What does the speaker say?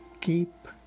keep